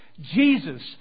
Jesus